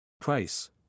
Price